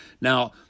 Now